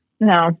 No